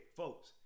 folks